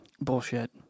Bullshit